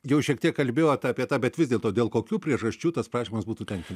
jau šiek tiek kalbėjot apie tą bet vis dėlto dėl kokių priežasčių tas prašymas būtų tenkin